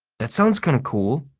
that sounds kind of cool.